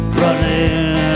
running